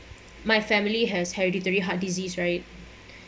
my family has hereditary heart disease right